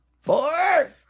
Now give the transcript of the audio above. four